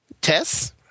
Tess